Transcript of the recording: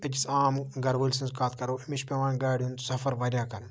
أکِس عام گَرٕ وٲلۍ سٕنٛز کَتھ کرو أمِس چھِ پٮ۪وان گاڑِ ہُنٛد سَفَر واریاہ کَرُن